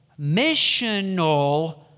missional